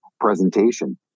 presentation